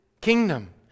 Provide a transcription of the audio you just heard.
kingdom